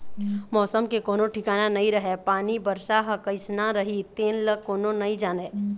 मउसम के कोनो ठिकाना नइ रहय पानी, बरसा ह कइसना रही तेन ल कोनो नइ जानय